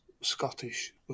Scottish